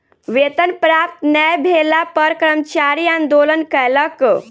वेतन प्राप्त नै भेला पर कर्मचारी आंदोलन कयलक